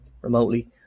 remotely